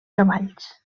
cavalls